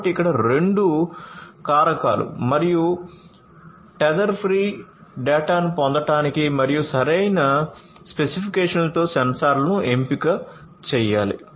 కాబట్టి ఇక్కడ రెండు కారకాలు మరియు టెథర్ ఫ్రీ డేటాను పొందడం మరియు సరైన స్పెసిఫికేషన్లతో సెన్సార్ల ఎంపికను పరిగణించాలి